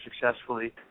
successfully